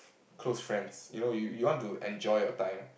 close friends you know you you want to enjoy your time